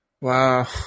Wow